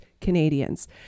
Canadians